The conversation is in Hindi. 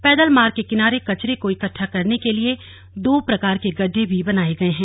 पैदल मार्ग के किनारे कचरे को इकट्ठा करने के लिए दो प्रकार के गड्ढे भी बनाये हुए है